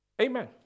Amen